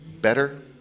better